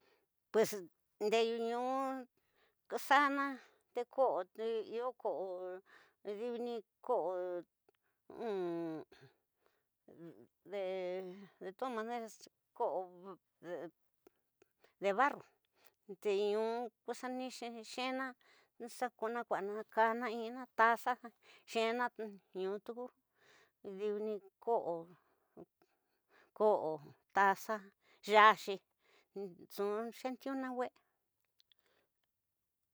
Pues ndeyuñu xa'ana te ko'o, iyo koro diwini, koro de toda manera koso de barro te ñu ko ni xena ña ka nakwana in ina taxa xena diwu tuku diwini koro, koro taxa, yaxi nxu xetiuna we'e